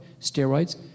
steroids